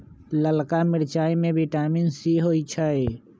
ललका मिरचाई में विटामिन सी होइ छइ